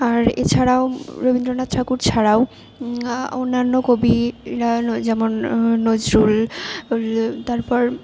আর এছাড়াও রবীন্দ্রনাথ ঠাকুর ছাড়াও অন্যান্য কবি যেমন নজরুল তারপর